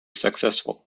successful